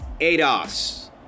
ADOS